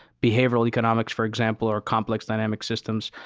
behavioral economics, for example, or complex dynamic system,